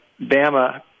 Bama